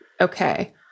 Okay